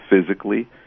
physically